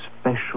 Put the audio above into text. special